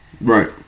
Right